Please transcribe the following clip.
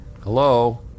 Hello